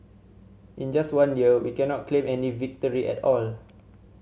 in just one year we cannot claim any victory at all